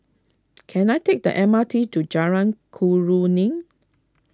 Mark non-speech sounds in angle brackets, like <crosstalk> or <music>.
<noise> can I take the M R T to Jalan Khairuddin